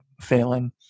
failing